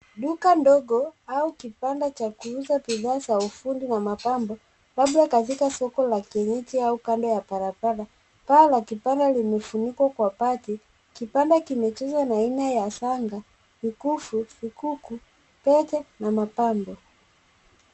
Duka dogo, au kibanda cha kuuzia bidhaa za ufundi na mapambo, labda katika soko la kienyeji au kando ya barabara. Paa la kibanda limefunikwa kwa bati, kibanda kimejazwa na aina za shanga, mikufu, vikuku, pete na mapambo.